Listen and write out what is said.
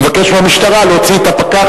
מבקש מהמשטרה להוציא את הפקח,